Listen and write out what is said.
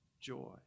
joy